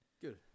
Good